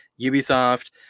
Ubisoft